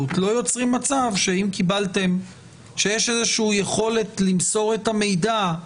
לא יוצרים מצב שיש איזושהי יכולת למסור את המידע.